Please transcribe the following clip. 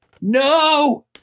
No